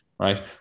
right